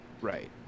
Right